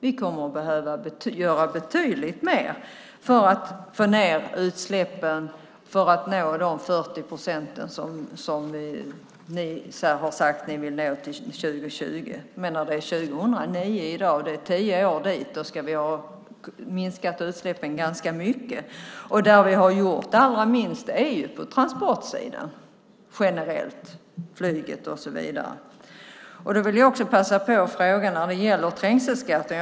Vi kommer att behöva göra betydligt mer för att minska utsläppen för att nå de 40 procent som ni har sagt att ni vill nå till 2020. Det är 2009 nu, och det är tio år dit. Då ska vi ha minskat utsläppen ganska mycket. Där vi generellt har gjort allra minst är på transportsidan - flyget och så vidare. Jag vill när det gäller trängselskatten passa på att ställa en fråga.